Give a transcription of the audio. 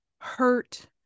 hurt